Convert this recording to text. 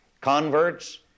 converts